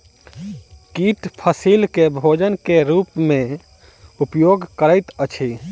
कीट फसील के भोजन के रूप में उपयोग करैत अछि